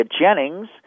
Jennings